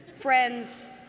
friends